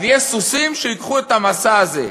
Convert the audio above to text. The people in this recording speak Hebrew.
אז יש סוסים שייקחו את המשא הזה.